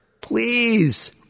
please